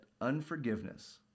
unforgiveness